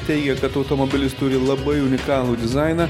teigia kad automobilis turi labai unikalų dizainą